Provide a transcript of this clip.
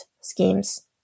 schemes